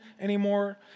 anymore